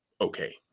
okay